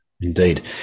Indeed